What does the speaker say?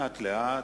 לאט לאט,